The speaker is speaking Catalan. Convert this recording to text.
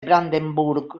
brandenburg